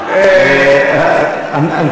אכלתי אותה אתך.